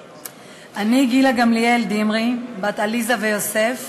אני, גילה גמליאל דמרי, בת עליזה ויוסף,